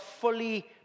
fully